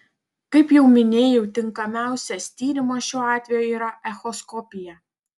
kaip jau minėjau tinkamiausias tyrimas šiuo atveju yra echoskopija